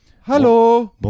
Hello